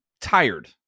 tired